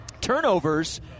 Turnovers